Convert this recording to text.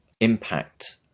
impact